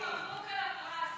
וביוב (תיקון מס'